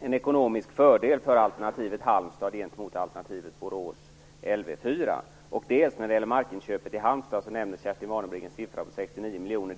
en ekonomisk fördel för alternativet Halmstad gentemot alternativet För det andra nämnde Kerstin Warnerbring när det gäller markinköpet i Halmstad ett belopp om 69 miljoner.